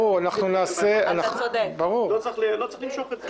אנחנו נעשה --- לא צריך למשוך את זה.